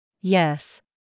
Yes